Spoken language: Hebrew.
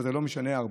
אבל זה לא משנה הרבה,